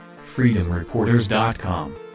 FreedomReporters.com